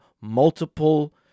multiple